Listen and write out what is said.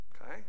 Okay